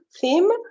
theme